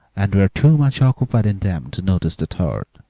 and were too much occupied in them to notice the third.